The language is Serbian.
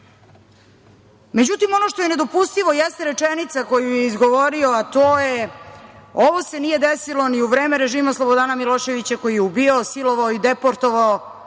pohvala.Međutim, ono što je nedopustivo jeste rečenica koju je izgovorio, a to je: „Ovo se nije desilo ni u vreme režima Slobodana Miloševića koji je ubijao, silovao i deportovao,